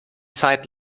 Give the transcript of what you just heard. zeit